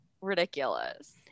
ridiculous